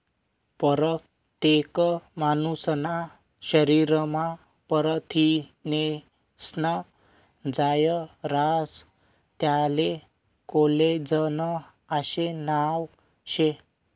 परतेक मानूसना शरीरमा परथिनेस्नं जायं रास त्याले कोलेजन आशे नाव शे